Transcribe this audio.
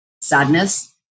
sadness